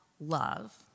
love